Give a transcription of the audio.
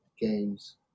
games